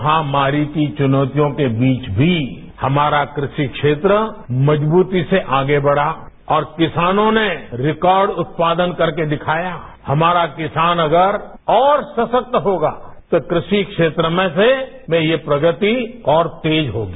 महामारी की चुनौतियों के बीचमी हमारा कृषि क्षेत्र मजबूती से आगे बढ़ा और किसानों ने रिकॉर्ड उत्पादन करके दिखाया हमारा किसान अगर और सशस्त होगा तो कृषि क्षेत्र में से ये प्रगति और तेज होगी